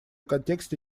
контексте